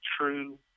true